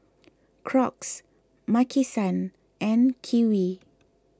Crocs Maki San and Kiwi